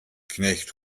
knecht